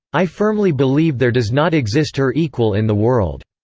i firmly believe there does not exist her equal in the world.